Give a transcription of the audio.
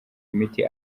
imiti